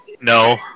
No